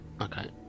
Okay